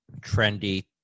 trendy